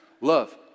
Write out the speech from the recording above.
Love